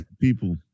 people